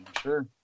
Sure